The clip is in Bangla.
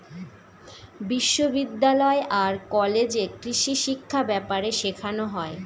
বিশ্ববিদ্যালয় আর কলেজে কৃষিশিক্ষা ব্যাপারে শেখানো হয়